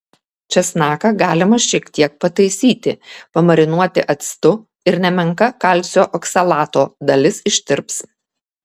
česnaką galima šiek tiek pataisyti pamarinuoti actu ir nemenka kalcio oksalato dalis ištirps